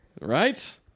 Right